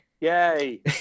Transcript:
yay